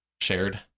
shared